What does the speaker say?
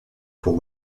pour